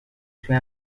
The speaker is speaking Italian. sue